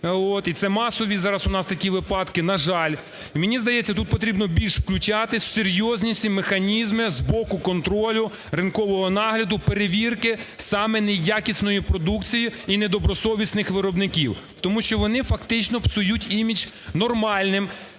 і це масові зараз у нас такі випадки, на жаль. Мені здається, тут потрібно більше включатися в серйозні ці механізми з боку контролю, ринкового нагляду, перевірки саме неякісної продукції і недобросовісних виробників, тому що вони, фактично, псують імідж нормальним,